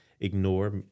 ignore